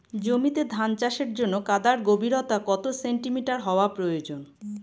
জমিতে ধান চাষের জন্য কাদার গভীরতা কত সেন্টিমিটার হওয়া প্রয়োজন?